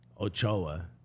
Ochoa